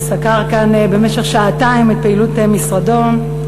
שסקר כאן במשך שעתיים את פעילות משרדו,